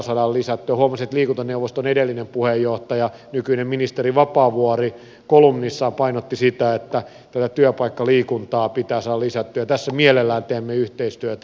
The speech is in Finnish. huomasin että liikuntaneuvoston edellinen puheenjohtaja nykyinen ministeri vapaavuori kolumnissaan painotti sitä että työpaikkaliikuntaa pitää saada lisättyä ja tässä mielellään teemme yhteistyötä